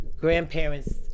grandparents